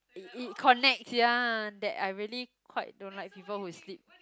it it connects ya that I really quite don't like people who sleep